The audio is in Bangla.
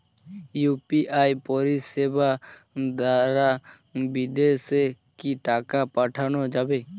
ইউ.পি.আই পরিষেবা দারা বিদেশে কি টাকা পাঠানো যাবে?